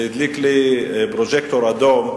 שהדליק לי פרוז'קטור אדום,